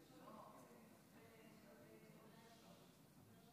ונתחיל בזה.